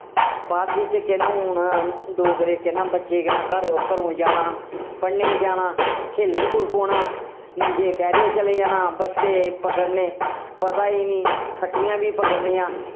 बाद बिच्च केह् नां हून डोगरे केह् नां बच्चे केह् नां घर घरों जाना पढ़ने गी जाना खेलन तुर पौना नंगे पैरें चली जाना बस्ते पकड़ने पता ही निं फट्टियां वी पकड़नियां